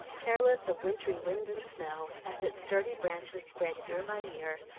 careless of wintry wind and snow, as its sturdy branches spread year by year,